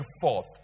forth